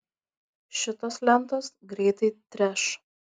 šitos lentos greitai treš